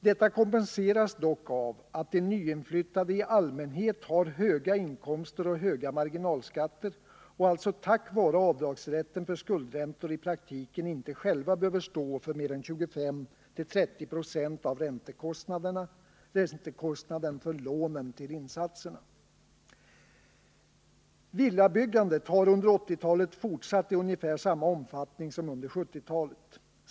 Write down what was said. Detta kompenseras dock av att de nyinflyttade i allmänhet har höga inkomster och höga marginalskatter och alltså tack vare avdragsrätten för skuldräntor i praktiken inte själva behöver stå för mer än 25-30 procent av räntekostnaden för lånen till insatserna. Villabyggandet har under 80-talet fortsatt i ungefär samma omfattning som under 70-talet.